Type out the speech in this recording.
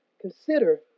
Consider